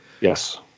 Yes